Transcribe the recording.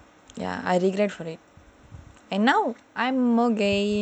ya I regret fully and now I'm okay